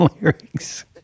lyrics